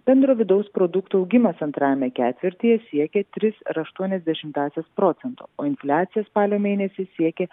bendro vidaus produkto augimas antrajame ketvirtyje siekė tris ir aštuonias dešimtąsias procento o infliacija spalio mėnesį siekė